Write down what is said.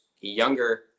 younger